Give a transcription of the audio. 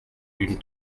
d’une